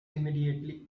immediately